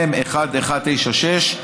מ/1196.